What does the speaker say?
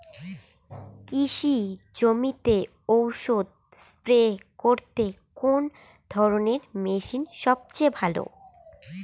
কৃষি জমিতে ওষুধ স্প্রে করতে কোন ধরণের মেশিন সবচেয়ে ভালো?